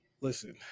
Listen